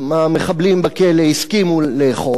המחבלים בכלא הסכימו לאכול,